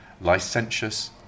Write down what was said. licentious